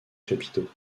chapiteaux